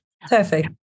Perfect